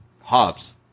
Hobbs